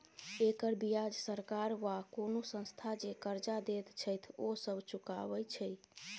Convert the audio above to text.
एकर बियाज सरकार वा कुनु संस्था जे कर्जा देत छैथ ओ सब चुकाबे छै